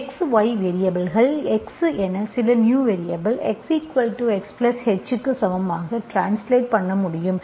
X y வேரியபல்கள் x என சில நியூ வேரியபல் xXh க்கு சமமாக ட்ரான்ஸ்லேட் பண்ண முடியும்